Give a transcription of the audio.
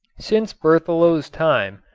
since berthelot's time,